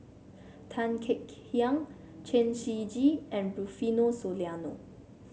Tan Kek Hiang Chen Shiji and Rufino Soliano